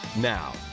Now